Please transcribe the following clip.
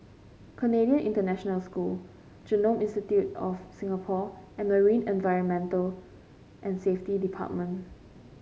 Canadian International School Genome Institute of Singapore and Marine Environment and Safety Department